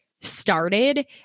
started